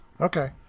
Okay